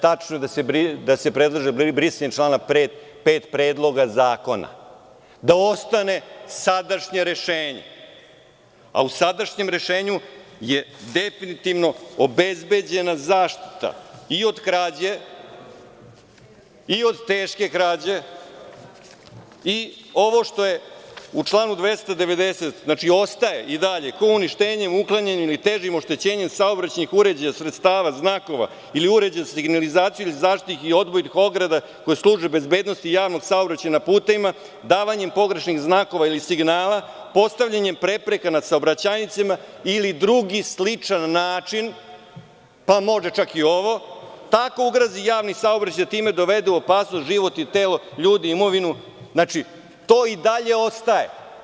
Tačno je da se predlaže brisanje člana 5. Predloga zakona, da ostane sadašnje rešenje, a u sadašnjem rešenju je definitivno obezbeđena zaštita i od krađe i od teške krađe i ovo što je u članu 290. ostaje i dalje – ko uništenjem, uklanjanjem ili težim oštećenjem saobraćajnih uređaja, sredstava, znakova ili uređaja za signalizaciju ili zaštitnih i odvojnih ograda, koje služe bezbednosti javnog saobraćajana putevima, davanjem pogrešnih znakova ili signala, postavljanjem prepreka na saobraćajnicama ili drugi sličan način, pa može čak i ovo, tako ugrozi javni saobraćaj da time dovede u opasnost život i telo ljudi i imovinu, znači, to i dalje ostaje.